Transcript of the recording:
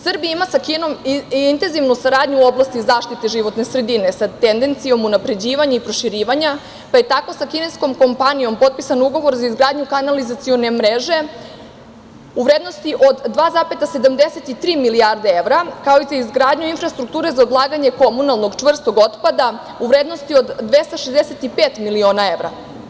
Srbija ima sa Kinom intenzivnu saradnju u oblasti zaštite životne sredine sa tendencijom unapređivanja i proširivanja, pa je tako sa kineskom kompanijom potpisan ugovor za izgradnju kanalizacione mreže u vrednosti od 2,73 milijarde evra, kao i za izgradnju infrastrukture za odlaganje komunalnog čvrstog otpada u vrednosti od 265 miliona evra.